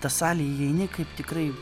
tą salę įeini kaip tikrai